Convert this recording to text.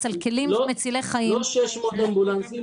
על כלים מצילי חיים -- לא 600 אמבולנסים,